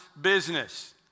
business